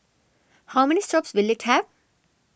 how many stops will it have